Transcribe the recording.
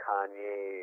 Kanye